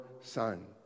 Son